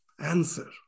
answer